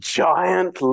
giant